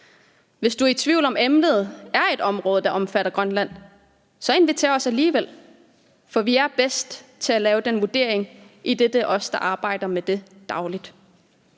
Hvis du er i tvivl om, om emnet er et område, der omfatter Grønland, så inviter os alligevel, for vi er bedst til at foretage den vurdering, idet det er os, der arbejder med det dagligt.